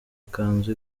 ikanzu